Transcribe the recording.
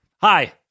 hi